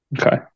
Okay